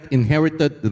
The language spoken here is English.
inherited